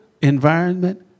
environment